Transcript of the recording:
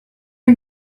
are